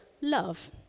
love